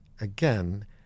again